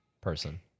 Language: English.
person